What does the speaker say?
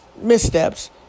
missteps